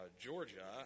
Georgia